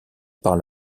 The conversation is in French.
par